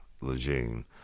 Lejeune